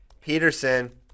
Peterson